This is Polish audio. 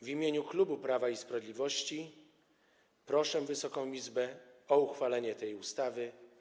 W imieniu klubu Prawa i Sprawiedliwości proszę Wysoką Izbę o uchwalenie tej ustawy.